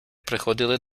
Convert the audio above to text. приходили